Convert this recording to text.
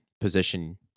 position